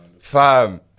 Fam